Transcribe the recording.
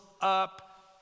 up